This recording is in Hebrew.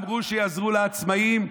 אמרו שיעזרו לעצמאים,